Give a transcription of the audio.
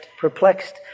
perplexed